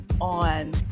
on